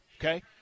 okay